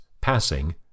passing